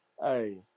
Hey